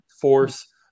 force